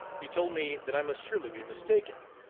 he told me that i must surely be mistaken,